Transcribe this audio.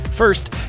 First